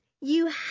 You